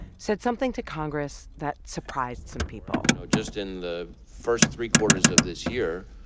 said something to congress that surprised some people you know just in the first three quarters of this year,